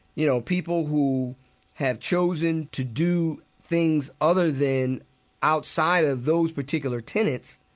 you know, people who have chosen to do things other than outside of those particular tenets